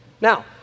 Now